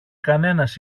κανένας